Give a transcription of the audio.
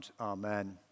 Amen